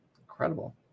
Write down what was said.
Incredible